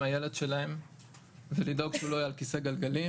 הילד שלהם ולדאוג שהוא לא יהיה על כיסא גלגלים